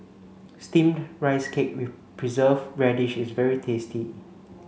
steamed rice cake with preserve radish is very tasty